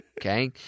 Okay